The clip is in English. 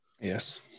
Yes